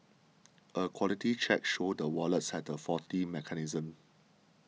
a quality check showed the wallets had a faulty mechanism